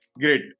great